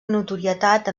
notorietat